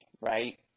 right